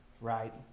right